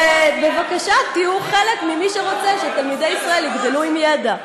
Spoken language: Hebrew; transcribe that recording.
ובבקשה תהיו חלק ממי שרוצה שתלמידי ישראל יגדלו עם ידע.